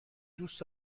دوست